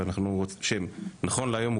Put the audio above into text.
שנכון להיום,